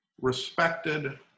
respected